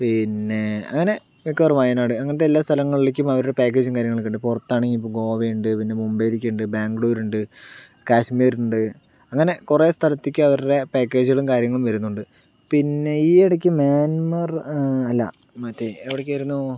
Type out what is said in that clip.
പിന്നെ അങ്ങനെ മിക്കവാറും വയനാട് അങ്ങനത്തെ എല്ലാ സ്ഥലങ്ങളിലേക്കും അവരുടെ പാക്കേജും കാര്യങ്ങളൊക്കെ ഉണ്ട് പുറത്താണെങ്കിൽ ഇപ്പോൾ ഗോവയുണ്ട് പിന്നെ മുംബൈയിലേക്ക് ഉണ്ട് ബാഗ്ലൂരുണ്ട് കാശ്മീരുണ്ട് അങ്ങനെ കുറേ സ്ഥലത്തേക്ക് അവരുടെ പാക്കേജുകളും കാര്യങ്ങളും വരുന്നുണ്ട് പിന്നെ ഈ ഇടയ്ക്ക് മ്യാൻമാർ അല്ല മറ്റേ എവിടേയ്ക്കായിരുന്നു